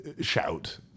shout